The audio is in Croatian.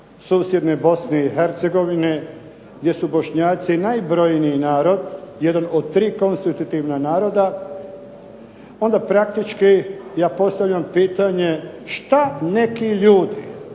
susjedne Bosne i Hercegovine jer su Bošnjaci najbrojniji narod, jedan od tri konstitutivna naroda onda praktički ja postavljam pitanje šta neki ljudi